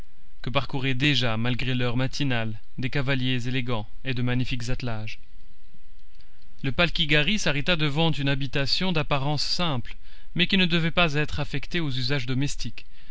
que parcouraient déjà malgré l'heure matinale des cavaliers élégants et de magnifiques attelages le palki ghari s'arrêta devant une habitation d'apparence simple mais qui ne devait pas être affectée aux usages domestiques